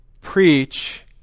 Preach